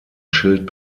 schild